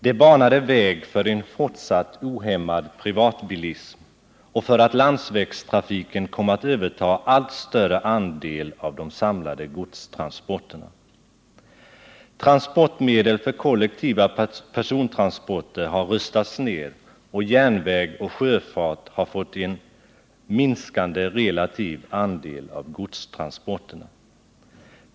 Det banade väg för en fortsatt ohämmad privatbilism och för att landsvägstrafiken kom att överta allt större andel av de samlade godstransporterna. Transportmedel för kollektiva persontransporter har rustats ned, och järnväg och sjöfart har fått en minskande relativ andel av godstransporterna.